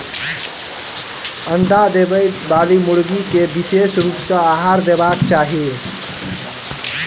अंडा देबयबाली मुर्गी के विशेष रूप सॅ आहार देबाक चाही